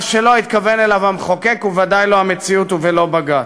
מה שלא התכוון אליו המחוקק ובוודאי לא המציאות ולא בג"ץ.